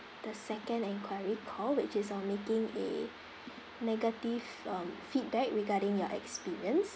the second enquiry call which is on making a negative um feedback regarding your experience